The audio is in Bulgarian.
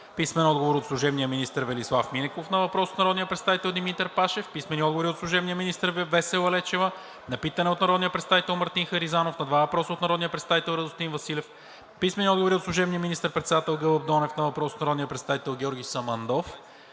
писмен отговор от служебния министър Велислав Минеков на въпрос от народния представител Димитър Пашев; – писмени отговори от служебния министър Весела Лечева на питане от народния представител Мартин Харизанов; на два въпроса от народния представител Радостин Василев; – писмени отговори от служебния министър-председател Гълъб Донев на въпрос от народния представител Георги Самандов;